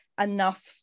enough